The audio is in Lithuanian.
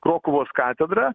krokuvos katedra